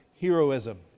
heroism